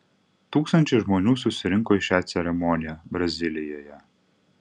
tūkstančiai žmonių susirinko į šią ceremoniją brazilijoje